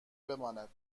بماند